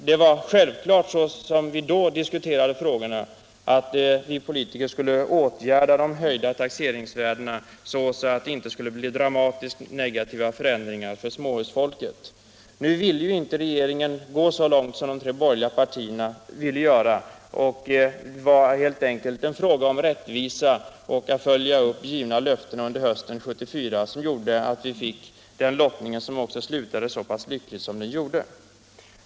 Det var självklart, så som vi då diskuterade frågorna, att vi politiker skulle åtgärda de höjda taxeringsvärdena så att det inte skulle bli dramatiskt negativa förändringar för småhusfolket. Nu ville inte regeringen gå lika långt som de borgerliga partierna. Det var helt enkelt en fråga om rättvisa och att följa upp givna löften under hösten 1974 som resulterade i en så pass lycklig lottning.